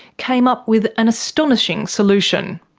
came up with an astonishing solution.